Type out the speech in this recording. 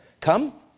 Come